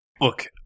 Look